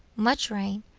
much rain,